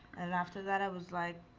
and after that, i was like,